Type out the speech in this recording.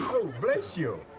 oh, bless you.